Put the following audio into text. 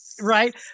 right